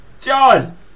John